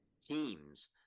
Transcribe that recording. teams